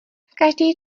každý